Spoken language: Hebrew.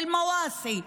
לאל-מוואסי.